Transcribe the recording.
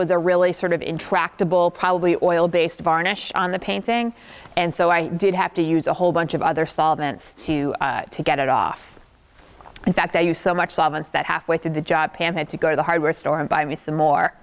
was a really sort of intractable probably oil based varnish on the paint thing and so i did have to use a whole bunch of other solvents to to get it off in fact that you so much love and that halfway through the job pam had to go to the hardware store and buy me some more